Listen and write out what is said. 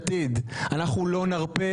ליש עתיד ורע"ם אתם בעצם אומרים: אנחנו לא רוצים